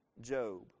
Job